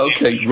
Okay